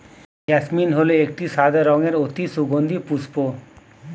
jasmine হল একটি সাদা রঙের অতি সুগন্ধি পুষ্প